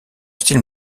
style